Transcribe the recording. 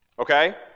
Okay